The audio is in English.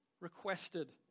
requested